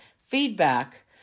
feedback